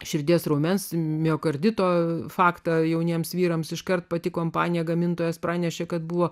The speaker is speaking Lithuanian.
širdies raumens miokardito faktą jauniems vyrams iškart pati kompanija gamintojas pranešė kad buvo